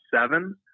seven